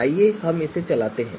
आइए इसे चलाते हैं